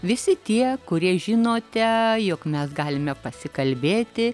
visi tie kurie žinote jog mes galime pasikalbėti